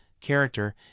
character